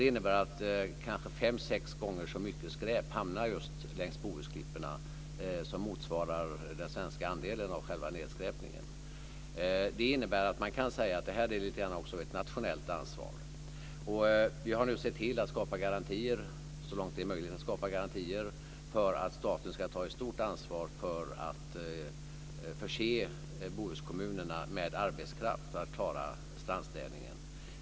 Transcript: Det innebär att kanske fem, sex gånger så mycket skräp hamnar just längs Bohusklipporna än vad som motsvarar den svenska andelen av själva nedskräpningen. Det innebär att man kan säga att det här lite grann också är ett nationellt ansvar. Vi har nu sett till att skapa garantier, så långt det är möjligt, för att staten ska ta ett stort ansvar för att förse Bohuskommunerna med arbetskraft för att klara strandstädningen.